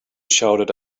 shouted